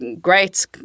great